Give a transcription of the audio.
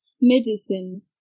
Medicine